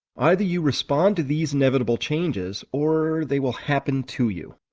either you respond to these inevitable changes or they will happen to you.